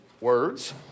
words